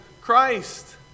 Christ